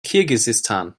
kirgisistan